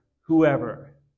whoever